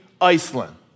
Iceland